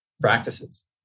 practices